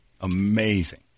Amazing